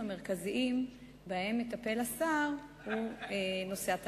המרכזיים שבהם מטפל השר הוא נושא התעסוקה.